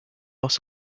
loss